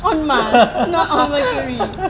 on mars not on mercury